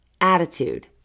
attitude